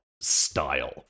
style